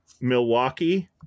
Milwaukee